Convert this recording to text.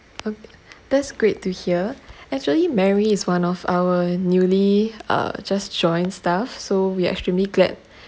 oh that's great to hear actually mary is one of our newly uh just joined staff so we're extremely glad